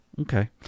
Okay